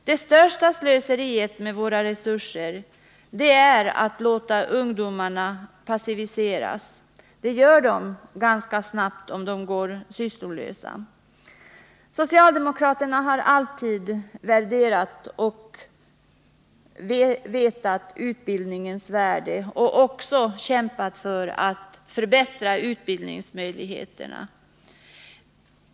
Det största slöseriet med våra resurser är att låta ungdomarna passiviseras. Det gör de ganska snabbt om de går sysslolösa. Socialdemokraterna har alltid vetat utbildningens värde och även kämpat för att förbättra utbildningens möjligheter.